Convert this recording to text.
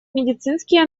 медицинский